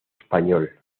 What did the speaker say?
español